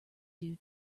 due